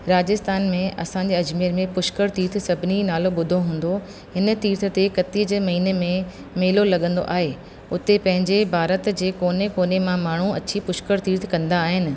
राजस्थान में असांजे अजमेर में पुष्कर तीर्थ सभिनी नालो ॿुधो हूंदो हिन तीर्थ ते कतीअ जे महीने में मेलो लॻंदो आहे उते पंहिंजे भारत जे कोन्हे कोन्हे मां माण्हू अची पुष्कर तीर्थ कंदा आहिनि